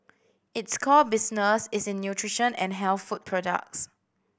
its core business is in nutrition and health food products